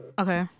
Okay